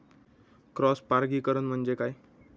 Cross परागीकरण म्हणजे काय?